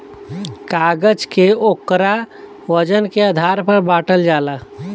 कागज के ओकरा वजन के आधार पर बाटल जाला